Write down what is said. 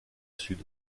sud